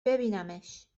ببینمش